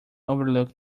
overlook